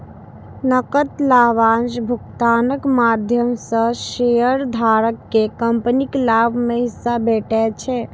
नकद लाभांश भुगतानक माध्यम सं शेयरधारक कें कंपनीक लाभ मे हिस्सा भेटै छै